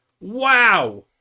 Wow